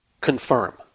confirm